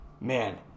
man